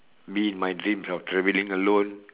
be in my dreams of traveling alone